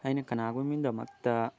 ꯑꯩꯅ ꯀꯅꯥꯒꯨꯝꯕ ꯑꯃꯒꯤꯗꯃꯛꯇ